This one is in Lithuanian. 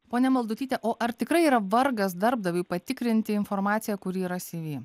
ponia maldutytė o ar tikrai yra vargas darbdaviui patikrinti informaciją kuri yra cv